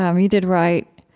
um you did write.